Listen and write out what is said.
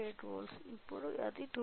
8 ఇప్పుడు అది 2